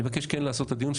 אני מבקש כן לעשות את הדיון.